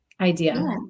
idea